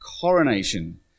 coronation